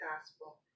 gospel